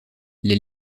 les